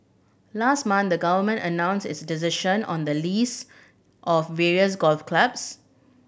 last month the Government announced its decision on the lease of various golf clubs